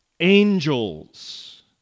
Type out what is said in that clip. angels